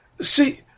See